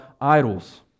idols